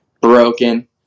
broken